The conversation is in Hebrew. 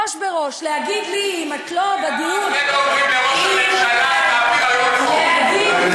ראש בראש, להגיד לי: אם את לא, ולמה על זה לא